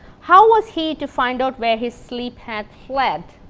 how was he to find out where his sleep had fled?